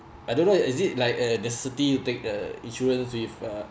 I don't know is it like uh the city you take the insurance with uh